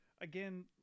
again